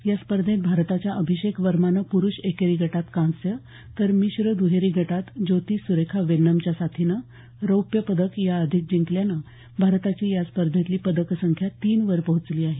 या स्पर्धेत भारताच्या अभिषेक वर्मानं प्रुष एकेरी गटात कांस्य तर मिश्र दुहेरी गटात ज्योति सुरेखा वेन्नमच्या साथीनं रौप्यपदक याआधीच जिंकल्यानं भारताची या स्पर्धेतली पदकसंख्या तीन वर पोहचली आहे